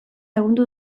lagundu